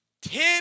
Tim